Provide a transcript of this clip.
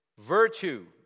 virtue